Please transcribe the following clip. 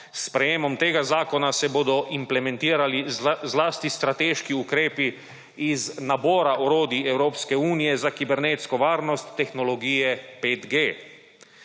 S sprejetjem tega zakona se bodo implementirali zlasti strateški ukrepi iz nabora orodij Evropske unije za kibernetsko varnost tehnologije 5G.